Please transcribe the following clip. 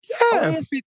Yes